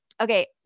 Okay